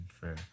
Fair